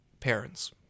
Parents